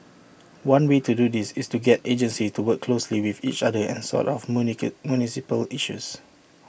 one way to do this is to get agencies to work closely with each other and sort of municipal issues